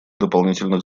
дополнительных